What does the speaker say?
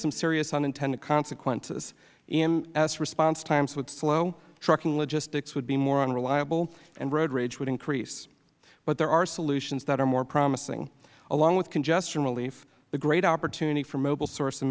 some serious unintended consequences as response times would slow trucking logistics would be more unreliable and road rage would increase but there are solutions that are more promising along with congestion relief the great opportunity for mobile source